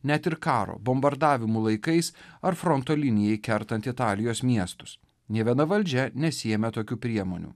net ir karo bombardavimų laikais ar fronto linijai kertant italijos miestus nė viena valdžia nesiėmė tokių priemonių